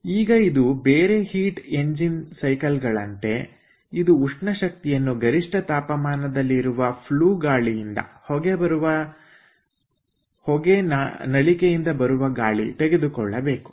ಈಗ ಇದು ಬೇರೆ ಹೀಟ್ ಎಂಜಿನ್ ಸೈಕಲ್ ಗಳಂತೆ ಇದು ಉಷ್ಣ ಶಕ್ತಿಯನ್ನು ಗರಿಷ್ಠ ತಾಪಮಾನದಲ್ಲಿ ಇರುವ ಫ್ಲೂ ಗ್ಯಾಸ್ನಿಂದ ತೆಗೆದುಕೊಳ್ಳಬೇಕು